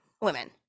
women